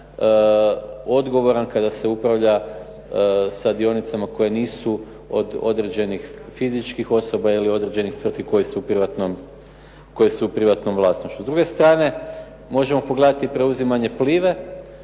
odgovoran kada se upravlja sa dionicama koje nisu od određenih fizičkih osoba ili određenih tvrtki koje su u privatnom vlasništvu. S druge strane možemo pogledati preuzimanje "Plive"